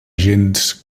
gens